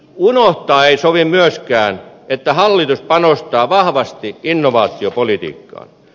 unohtaa ei sovi myöskään että hallitus panostaa vahvasti innovaatiopolitiikkaan